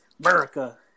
America